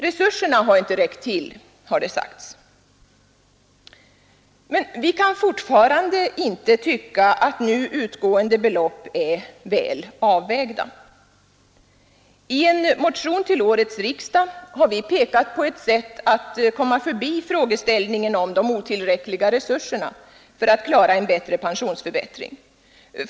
Resurserna har inte räckt till har det sagts. Men vi kan fortfarande inte tycka att nu utgående belopp är ”väl avvägda”. I en motion till årets riksdag har vi pekat på ett sätt att komma förbi frågeställningen om de otillräckliga resurserna för att klara en bättre pensionsförbättring.